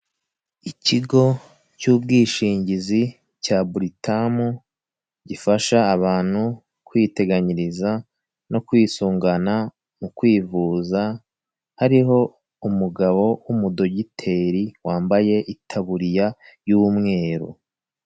Ikigo cy'ubwishingizi cya Britam, gifasha abantu kwiteganyiriza no kwisungana mu kwivuza, hariho umugabo w'umudogiteri wambaye itaburiya y'umweru.